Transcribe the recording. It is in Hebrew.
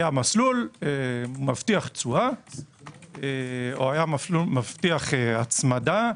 היה מסלול מבטיח תשואה, או היה מסלול מבטיח הצמדה,